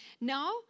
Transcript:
Now